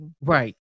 Right